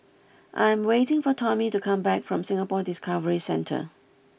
I am waiting for Tommie to come back from Singapore Discovery Centre